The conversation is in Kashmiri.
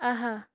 آہا